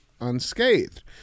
unscathed